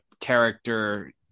character